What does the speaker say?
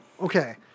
Okay